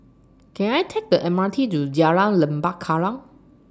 Can I Take The M R T to Jalan Lembah Kallang